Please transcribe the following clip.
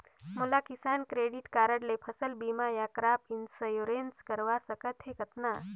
मोला किसान credit card ले फसल बीमा या क्रॉप इंश्योरेंस करवा सकथ हे कतना?